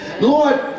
Lord